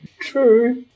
true